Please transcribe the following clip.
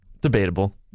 Debatable